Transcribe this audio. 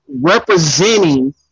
representing